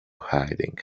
hiding